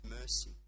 mercy